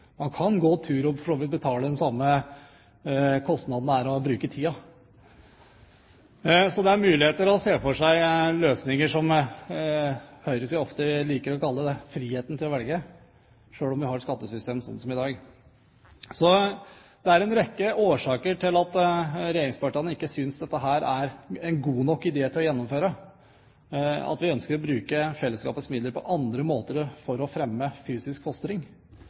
Man kan gå tur, og for så vidt ha den samme kostnaden ved bruk av tiden. Så det er muligheter for å se for seg løsninger som høyresiden ofte liker å kalle «friheten til å velge», selv om vi har et skattesystem som i dag. Det er en rekke årsaker til at regjeringspartiene ikke synes dette er en god nok idé å gjennomføre. Vi ønsker å bruke fellesskapets midler på andre måter for å fremme fysisk fostring,